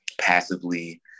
passively